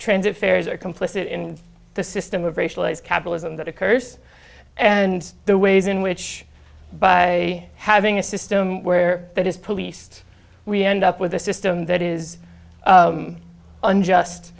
transit fares are complicit in the system of racialized capitalism that occurs and the ways in which by having a system where that is policed we end up with a system that is unjust